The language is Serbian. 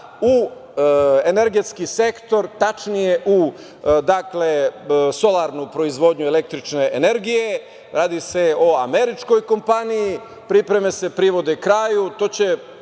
u energetski sektor, tačnije u solarnu proizvodnju električne energije. Radi se o američkoj kompanije. Pripreme se privode kraju. To će,